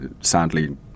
sadly